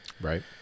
Right